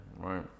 right